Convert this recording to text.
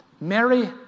Mary